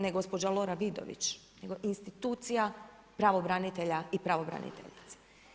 Ne gospođa Lora Vidović, nego institucija pravobranitelja i pravobraniteljica.